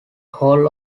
hall